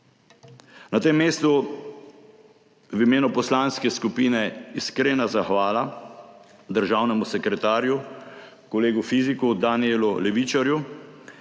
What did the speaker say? Na tem mestu v imenu poslanske skupine iskrena zahvala državnemu sekretarju, kolegu fiziku, Danijelu Levičarju,